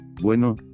Bueno